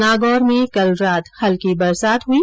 नागौर में कल रात हल्की बरसात हुई